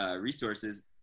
resources